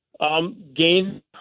gain